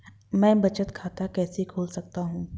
मैं बचत खाता कैसे खोल सकता हूँ?